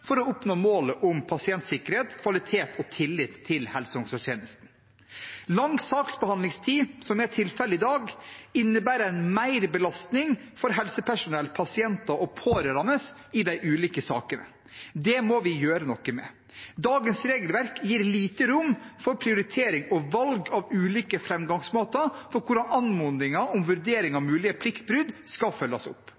for å oppnå målet om pasientsikkerhet, kvalitet og tillit til helse- og omsorgstjenesten. Lang saksbehandlingstid, som er tilfellet i dag, innebærer en merbelastning for helsepersonell, pasienter og pårørende i de ulike sakene. Det må vi gjøre noe med. Dagens regelverk gir lite rom for prioritering og valg av ulike framgangsmåter for hvordan anmodninger om vurdering